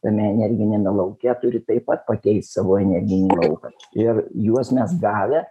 tame energiniame lauke turi taip pat pakeist savo energinį lauką ir juos mes gavę